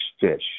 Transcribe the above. fish